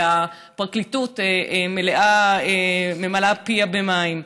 והפרקליטות ממלאה פיה במים.